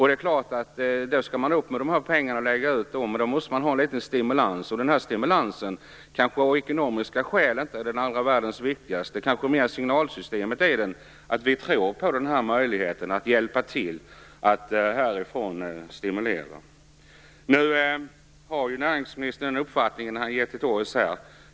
De måste lägga ut dessa pengar, och då måste de ha litet stimulans. Den här stimulansen är kanske inte världens viktigaste av ekonomiska skäl, utan det kanske är signalsystemet som är viktigt - att vi tror på möjligheten att hjälpa till och stimulera härifrån. Nu har näringsministern den uppfattning han för till torgs här.